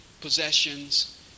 possessions